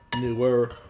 Newer